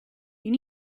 you